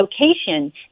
location